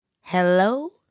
hello